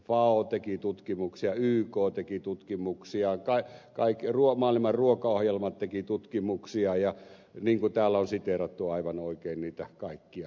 fao teki tutkimuksia yk teki tutkimuksia kaiken maailman ruokaohjelmat tekivät tutkimuksia niin kuin täällä on siteerattu aivan oikein niitä kaikkia